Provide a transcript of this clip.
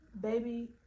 baby